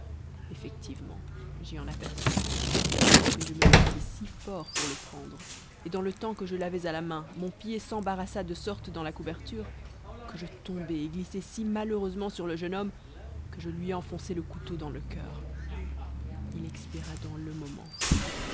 effectivement j'y en aperçus un mais je me pressai si fort pour le prendre et dans le temps que je l'avais à la main mon pied s'embarrassa de sorte dans la couverture que je tombai et glissai si malheureusement sur le jeune homme que je lui enfonçai le couteau dans le coeur il expira dans le moment